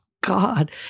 God